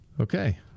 Okay